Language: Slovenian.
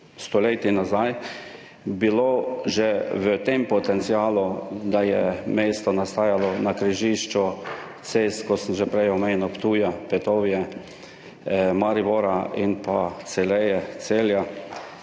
stoletij nazaj, potencial, saj je mesto nastajalo na križišču cest, kot sem že prej omenil, Ptuja, Poetovie, Maribora in pa Celeie, Celja,